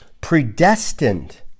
predestined